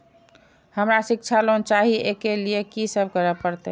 हमरा शिक्षा लोन चाही ऐ के लिए की सब करे परतै?